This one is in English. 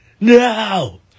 No